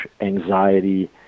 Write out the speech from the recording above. anxiety